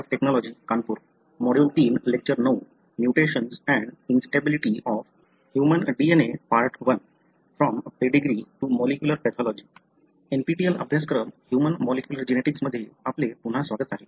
NPTEL अभ्यासक्रम human molecular genetics मध्ये आपले पुन्हा स्वागत आहे